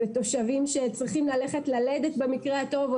בתושבים שצריכים ללכת ללדת במקרה הטוב או